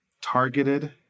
targeted